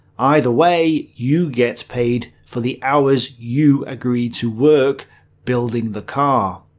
either way, you get paid for the hours you agreed to work building the car,